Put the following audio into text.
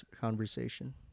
conversation